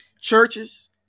Churches